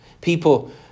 People